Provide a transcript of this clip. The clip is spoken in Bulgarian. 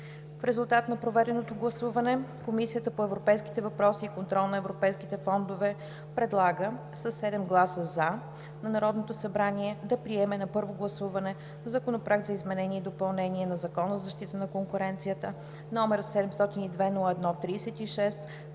В резултат на проведеното гласуване Комисията по европейските въпроси и контрол на европейските фондове предлага със 7 гласа „за” на Народното събрание да приеме на първо гласуване Законопроект за изменение и допълнение на Закона за защита на конкуренцията, № 702-01-36,